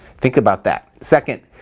think about that. second,